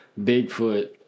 Bigfoot